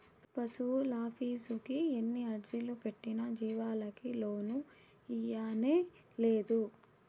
పశువులాఫీసుకి ఎన్ని అర్జీలు పెట్టినా జీవాలకి లోను ఇయ్యనేలేదు